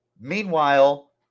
Meanwhile